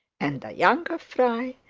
and the younger fry,